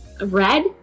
red